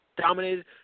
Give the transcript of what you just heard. Dominated